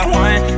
one